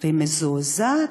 והיא מזועזעת,